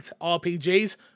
rpgs